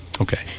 Okay